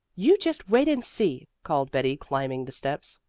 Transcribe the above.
you just wait and see! called betty, climbing the steps.